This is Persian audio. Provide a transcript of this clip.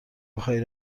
بخای